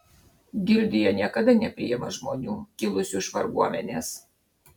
gildija niekada nepriima žmonių kilusių iš varguomenės